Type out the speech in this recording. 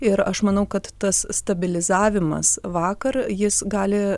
ir aš manau kad tas stabilizavimas vakar jis gali